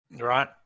right